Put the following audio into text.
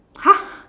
!huh!